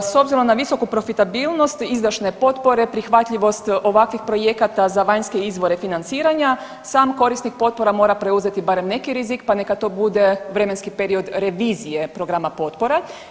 S obzirom na visoku profitabilnost izdašne potpore, prihvatljivost ovakvih projekata za vanjske izvore financiranja sam korisnik potpora mora preuzeti barem neki rizik pa neka to bude vremenski period revizije programa potpora.